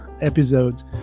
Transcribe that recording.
episodes